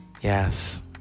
Yes